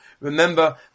remember